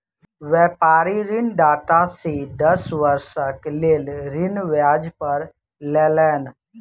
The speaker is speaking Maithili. व्यापारी ऋणदाता से दस वर्षक लेल ऋण ब्याज पर लेलैन